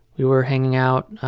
we were hanging out.